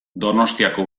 donostiako